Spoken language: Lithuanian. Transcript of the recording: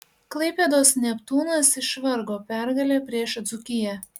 klaipėdos neptūnas išvargo pergalę prieš dzūkiją